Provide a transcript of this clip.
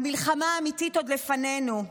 המלחמה האמיתית עוד לפנינו.